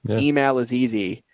email is easy.